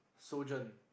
sojourn